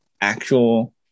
actual